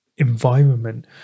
environment